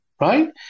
right